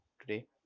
today